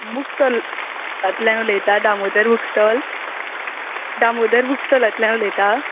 book stall आतल्यान उलयता Damodar book stall Damodar book स्टॉलांतल्यान उलयता